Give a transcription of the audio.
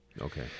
Okay